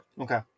Okay